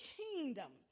kingdom